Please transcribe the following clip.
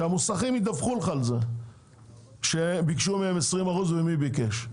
שידווחו על כך שביקשו מהם עמלה ועל מי שביקש,